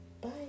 bye